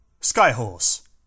Skyhorse